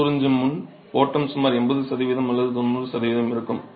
நீர் உறிஞ்சும் முன் ஓட்டம் சுமார் 80 சதவீதம் அல்லது 90 சதவீதம் இருக்கும்